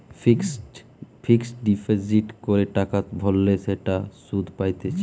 fixed deposit করে টাকা ভরলে সেটাতে সুধ পাইতেছে